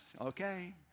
Okay